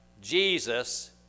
Jesus